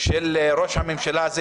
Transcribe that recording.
של ראש הממשלה הזה,